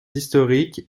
historiques